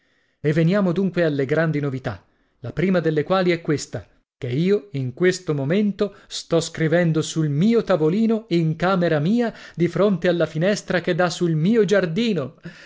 e veniamo dunque alle grandi novità la prima delle quali è questa che io in questo momento sto scrivendo sul mio tavolino in camera mia di fronte alla finestra che dà sul mio giardino